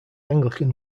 anglican